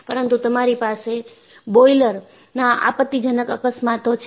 પરંતુ તમારી પાસે બોઈલરના આપત્તિજનક અકસ્માતો છે